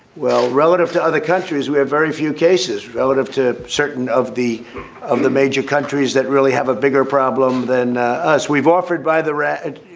well, relative to other countries, we have very few cases relative to certain of the of the major countries that really have a bigger problem than us. we've offered by the red.